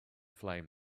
flame